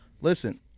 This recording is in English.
listen